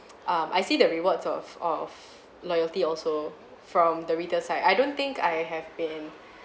mm I see the rewards of of loyalty also from the retail side I don't think I have been